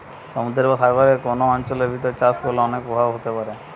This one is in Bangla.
সমুদ্রের বা সাগরের কোন অঞ্চলের ভিতর চাষ করলে অনেক প্রভাব হতে পারে